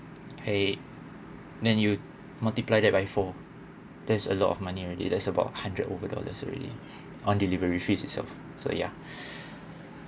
!hey! then you multiply that by four that's a lot of money already that's about hundred over dollars already on delivery fees itself so ya